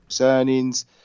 earnings